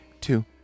Two